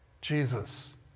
Jesus